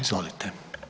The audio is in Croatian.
Izvolite.